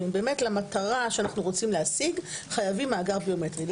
אם באמת למטרה שאנחנו רוצים להשיג חייבים מאגר ביומטרי.